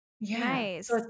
nice